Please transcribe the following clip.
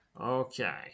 Okay